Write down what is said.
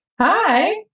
hi